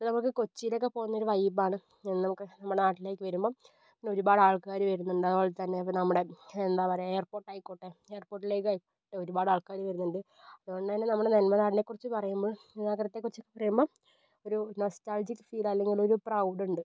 ഇപ്പോൾ നമുക്ക് കൊച്ചിയിലൊക്കെ പോകുന്ന ഒരു വൈബാണ് നമുക്ക് നമ്മുടെ നാട്ടിലേയ്ക്കു വരുമ്പോൾ പിന്നെ ഒരുപാട് ആൾക്കാർ വരുന്നുണ്ട് അതുപോലെത്തന്നെ ഇപ്പം നമ്മുടെ എന്താ പറയുക എയർപോർട്ട് ആയിക്കോട്ടെ എയർപോർട്ടിലേക്കായിട്ട് ഒരുപാട് ആൾക്കാർ വരുന്നുണ്ട് അതുകൊണ്ടുതന്നെ നമ്മൾ നമ്മുടെ നാടിനെക്കുറിച്ചു പറയുമ്പോൾ നഗരത്തെക്കുറിച്ചൊക്കെ പറയുമ്പോൾ ഒരു നൊസ്റ്റാൾജിക്ക് ഫീൽ അല്ലെങ്കിൽ ഒരു പ്രൗഡുണ്ട്